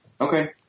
Okay